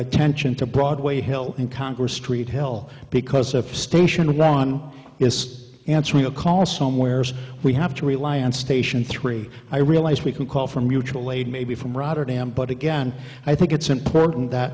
attention to broadway hill in congress street hell because if station ron is answering a call or somewheres we have to rely on station three i realize we can call for mutual aid maybe from rotterdam but again i think it's important that